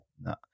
No